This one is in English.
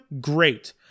great